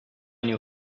new